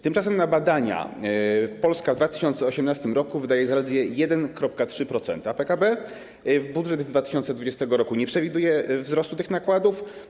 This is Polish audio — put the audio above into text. Tymczasem na badania Polska w 2018 r. wydaje zaledwie 1,3% PKB, a budżet 2020 r. nie przewiduje wzrostu tych nakładów.